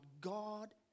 God